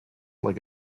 like